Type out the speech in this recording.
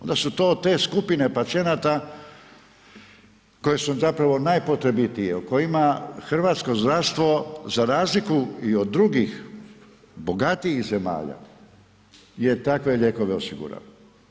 Onda su to te skupine pacijenata koje su zapravo najpotrebitije, o kojima hrvatsko zdravstvo za razliku i od drugih bogatijih zemalja je takve lijekove osigurala.